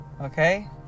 Okay